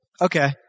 Okay